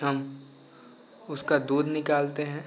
हम उसका दूध निकालते हैं